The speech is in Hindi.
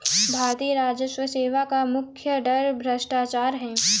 भारतीय राजस्व सेवा का मुख्य डर भ्रष्टाचार है